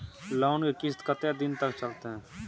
Loan के किस्त कत्ते दिन तक चलते?